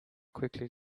quickly